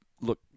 look